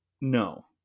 No